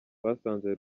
twasanze